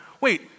wait